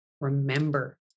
remember